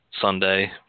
Sunday